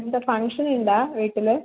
എന്താണ് ഫംഗ്ഷൻ ഉണ്ടോ വീട്ടിൽ